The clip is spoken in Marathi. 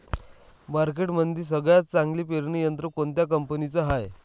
मार्केटमंदी सगळ्यात चांगलं पेरणी यंत्र कोनत्या कंपनीचं हाये?